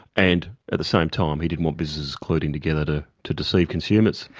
and at the same time he didn't want businesses colluding together to to deceive consumers.